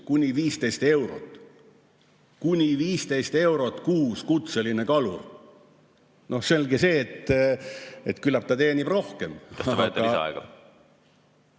kuni 15 eurot. Kuni 15 eurot kuus, kutseline kalur!? Selge see, et küllap ta teenib rohkem